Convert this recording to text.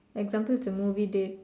example it's a movie date